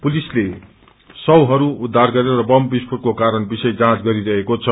पुलिस्ते शवहरू उद्घार गरेर बत विस्फोटको कारण विषय जाँच गरिरहेको छ